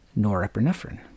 norepinephrine